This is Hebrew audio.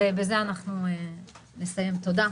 תודה.